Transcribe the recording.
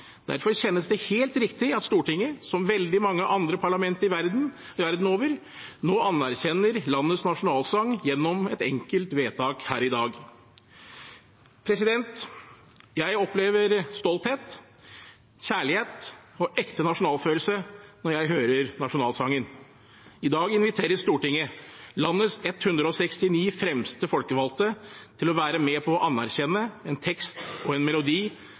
Derfor kjennes det helt riktig at Stortinget, som veldig mange andre parlament verden over, nå anerkjenner landets nasjonalsang gjennom et enkelt vedtak her i dag. Jeg opplever stolthet, kjærlighet og ekte nasjonalfølelse når jeg hører nasjonalsangen. I dag inviteres Stortinget – landets 169 fremste folkevalgte – til å være med på å anerkjenne en tekst og melodi